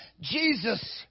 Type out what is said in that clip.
Jesus